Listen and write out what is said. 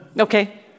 Okay